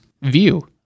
view